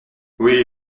oui